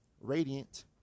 radiant